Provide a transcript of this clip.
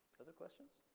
other questions?